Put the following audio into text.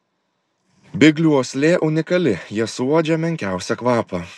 biglių uoslė unikali jie suuodžia menkiausią kvapą